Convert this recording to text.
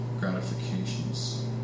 gratifications